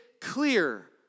clear